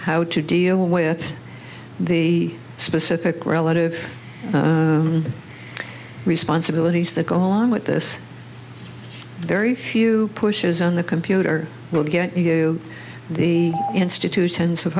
how to deal with the specific relative responsibilities that go along with this very few pushes on the computer will get you the institutions